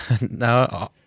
no